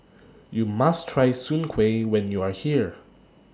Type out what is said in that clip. YOU must Try Soon Kueh when YOU Are here